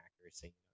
accuracy